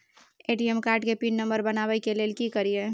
ATM card के pin number बनाबै के लेल की करिए?